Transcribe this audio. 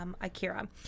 Akira